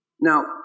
Now